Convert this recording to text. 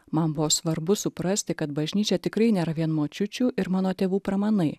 man buvo svarbu suprasti kad bažnyčia tikrai nėra vien močiučių ir mano tėvų pramanai